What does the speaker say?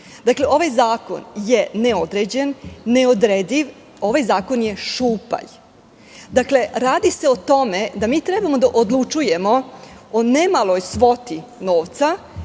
parlament. Ovaj zakon je neodređen i neodrediv. Ovaj zakon je šupalj. Dakle, radi se o tome da mi treba da odlučujemo o nemaloj svoti novca